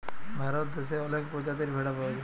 ভারত দ্যাশে অলেক পজাতির ভেড়া পাউয়া যায়